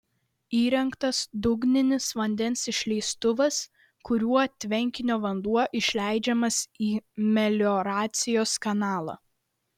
įrengtas dugninis vandens išleistuvas kuriuo tvenkinio vanduo išleidžiamas į melioracijos kanalą